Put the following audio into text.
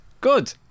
good